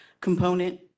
component